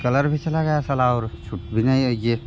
colour भी चला गया साला और छुट भी नहीं है यह